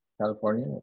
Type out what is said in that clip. California